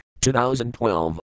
2012